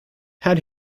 had